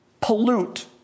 pollute